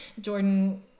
Jordan